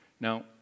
Now